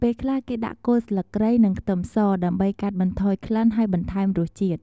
ពេលខ្លះគេដាក់គល់ស្លឹកគ្រៃ និងខ្ទឹមសដើម្បីកាត់បន្ថយក្លិនហើយបន្ថែមរសជាតិ។